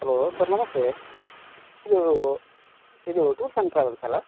hello sir ನಮಸ್ತೆ ಇದು ಇದು ಟೂರ್ಸ್ ಆ್ಯಂಡ್ ಟ್ರಾವೆಲ್ಸ್ ಅಲ್ಲಾ